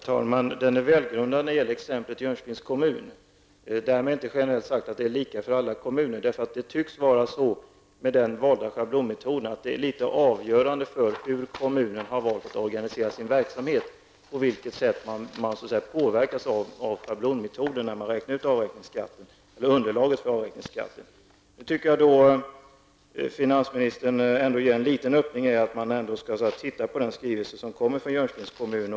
Herr talman! Den är välgrundad när det gäller exemplet Jönköpings kommun. Det är därmed inte sagt att det är generellt lika för alla kommuner. Hur kommunen har organiserat sin verksamhet tycks vara avgörande för hur den påverkas av schablonmetoden när man räknar ut underlaget för avräkningsskatten. Finansministern ger ändå en liten öppning här när han säger att man skall titta på den skrivelse som kommer från Jönköpings kommun.